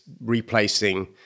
replacing